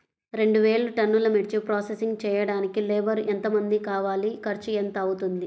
రెండు వేలు టన్నుల మిర్చి ప్రోసెసింగ్ చేయడానికి లేబర్ ఎంతమంది కావాలి, ఖర్చు ఎంత అవుతుంది?